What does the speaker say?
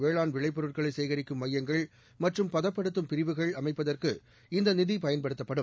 வேளான் விளைடொருட்களை சேகரிக்கும் மையங்கள் மற்றும் பதப்படுத்தும் பிரிவுகள் அமைப்பதற்கு இந்த நிதி பயன்படுத்தட்டும்